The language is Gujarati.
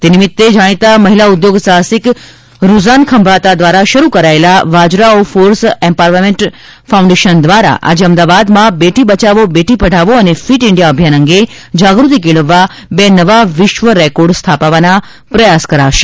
તે નિમિત્તે જાણીતા મહિલા ઉદ્યોગસાહસિક રૂઝાન ખંબાતા દ્વારા શરૂ કરાચેલા વાજરા ઓ ફોર્સ એમ્પાવરમેન્ટ ફાઉન્ડેશન દ્વારા આજે અમદાવાદમાં બેટી બચાવ બેટી પઢાઓ અને ફીટ ઇન્ડિયા અભિયાન અંગે જાગૃતિ કેળવવા બે નવા વિશ્વ રેકોર્ડ સ્થાપવાના પ્રયાસ કરાશે